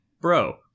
bro